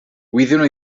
wyddwn